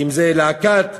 אם זה להקת אשקלון,